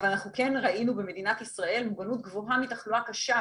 אבל אנחנו כן ראינו במדינת ישראל מוגנות גבוהה מתחלואה קשה,